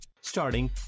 Starting